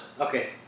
Okay